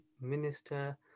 minister